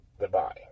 goodbye